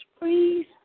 please